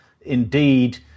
indeed